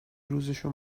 روزشو